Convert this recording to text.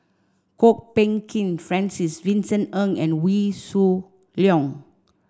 Kwok Peng Kin Francis Vincent Ng and Wee Shoo Leong